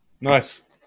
nice